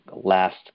last